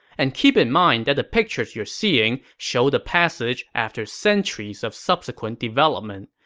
and keep in mind that the pictures you are seeing show the passage after centuries of subsequent development.